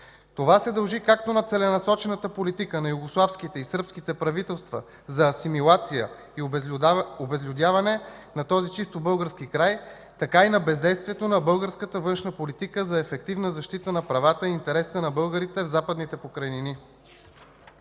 Това се дължи както на целенасочената политика на югославските и сръбските правителства за асимилация и обезлюдяване на този чисто български край, така и на бездействието на българската външна политика за ефективна защита на правата и интересите на българите в Западните покрайнини.